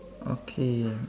okay